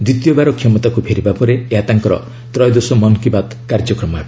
ଦ୍ୱିତୀୟବାର କ୍ଷମତାକୁ ଫେରିବା ପରେ ଏହା ତାଙ୍କର ତ୍ରୟୋଦଶ ମନ୍ କି ବାତ୍ କାର୍ଯ୍ୟକ୍ରମ ହେବ